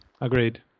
Agreed